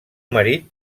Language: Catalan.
marit